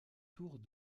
tours